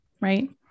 right